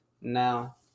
now